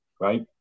right